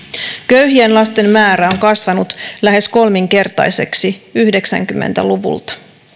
köyhien lasten määrä on kasvanut lähes kolminkertaiseksi yhdeksänkymmentä luvulta